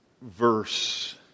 verse